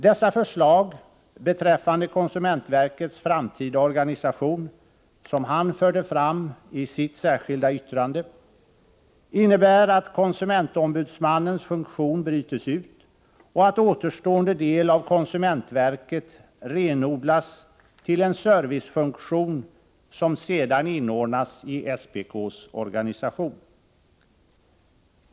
Dessa förslag beträffande konsumentverkets framtida organisation, som han förde fram i sitt särskilda yttrande, innebär att konsumentombudsmannens funktion brytes ut och att återstående del av konsumentverket renodlas till en servicefunktion som sedan inordnas i SPK:s organisation.